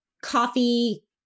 coffee